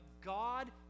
God